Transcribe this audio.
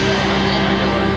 and on